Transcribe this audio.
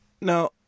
Now